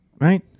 Right